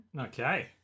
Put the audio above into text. Okay